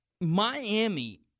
Miami